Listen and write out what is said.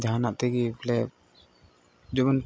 ᱡᱟᱦᱟᱱᱟᱜ ᱛᱮᱜᱮ ᱵᱚᱞᱮ ᱡᱮᱢᱚᱱ